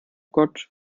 gott